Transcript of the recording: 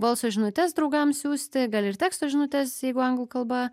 balso žinutes draugams siųsti gal ir teksto žinutes jeigu anglų kalba